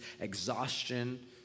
exhaustion